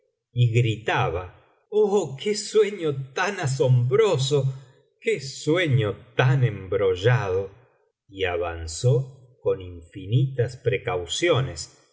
y gritaba oh qué sueño tan asombroso qué sueño tan embrollado y avanzó con infinitas precauciones